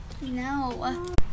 No